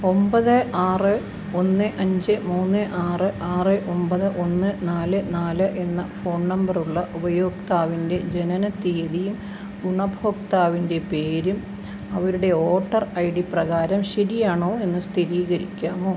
ഒമ്പത് ആറ് ഒന്ന് അഞ്ച് മൂന്ന് ആറ് ആറ് ഒമ്പത് ഒന്ന് നാല് നാല് എന്ന ഫോൺ നമ്പർ ഉള്ള ഉപയോക്താവിൻ്റെ ജനനത്തീയതിയും ഗുണഭോക്താവിൻ്റെ പേരും അവരുടെ വോട്ടർ ഐ ഡി പ്രകാരം ശരിയാണോ എന്ന് സ്ഥിരീകരിക്കാമോ